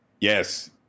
Yes